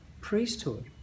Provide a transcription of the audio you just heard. priesthood